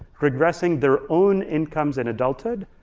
regressing their own incomes in adulthood,